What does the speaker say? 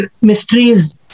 mysteries